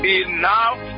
enough